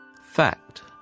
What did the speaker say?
Fact